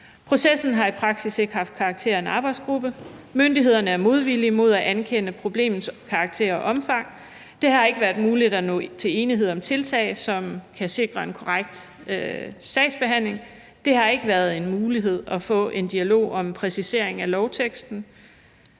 Processen har i praksis ikke haft karakter af en arbejdsgruppe. Myndighederne er modvillige mod at anerkende problemets karakter og omfang. Det har ikke været muligt at nå til enighed om tiltag, som kan sikre en korrekt sagsbehandling. Det har ikke været en mulighed at få en dialog om en præcisering af lovteksten.